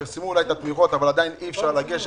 פרסמו אולי את התמיכות אבל עדיין אי אפשר לגשת.